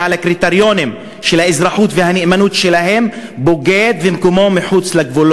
חבר הכנסת אלכס מילר מגיש הצעת חוק להוצאת התנועה האסלאמית מחוץ לחוק,